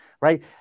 right